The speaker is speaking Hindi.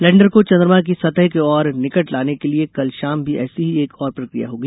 लैंडर को चंद्रमा की सतह के और निकट लाने के लिए कल शाम भी ऐसी ही एक और प्रक्रिया होगी